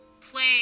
play